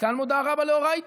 "והכא אמר דמודעא רבה לאורייתא".